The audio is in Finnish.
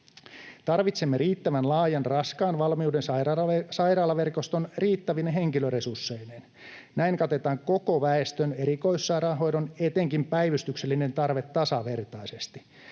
Tarvitsemme riittävän laajan raskaan valmiuden sairaalaverkoston riittävine henkilöresursseineen. Näin katetaan koko väestön erikoissairaanhoidon, etenkin päivystyksellinen, tarve tasavertaisesti.